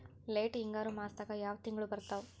Late ಹಿಂಗಾರು ಮಾಸದಾಗ ಯಾವ್ ತಿಂಗ್ಳು ಬರ್ತಾವು?